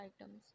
items